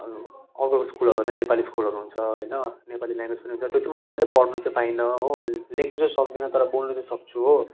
अनि अर्को स्कुलहरू त नेपाली स्कुलहरू हुन्छ होइन नेपाली ल्याङ्गुवेज पनि हुन्छ त्यो चाहिँ मैले पढ्नु चाहिँ पाइनँ हो लेख्नु चाहिँ सक्दिनँ तर बोल्नु चाहिँ सक्छु हो